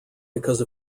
because